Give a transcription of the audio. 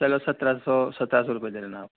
چلو سترہ سو سترہ سو روپیے دے دینا آپ